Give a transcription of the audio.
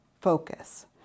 focus